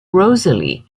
rosalie